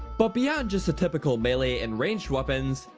but beyond just the typical melee and ranged weapons,